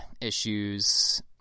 issues